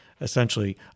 essentially